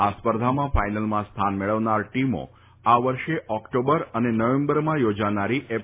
આ સ્પર્ધામાં ફાઈનલમાં સ્થાન મેળવનાર ટીમો આ વર્ષે ઓક્ટોબર અને નવેમ્બરમાં યોજાનારી એફ